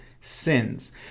sins